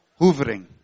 Hoovering